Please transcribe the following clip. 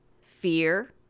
fear